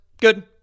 good